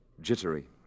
jittery